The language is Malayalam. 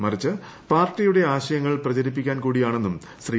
മറിച്ച് പാർട്ടിയുടെ ൃആൾയങ്ങൾ പ്രചരിപ്പിക്കാൻ കൂടിയാണെന്നും ശ്രീ